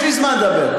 יש לי זמן לדבר.